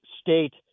state